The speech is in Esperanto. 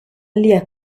lia